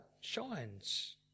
shines